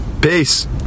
Peace